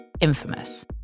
infamous